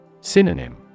Synonym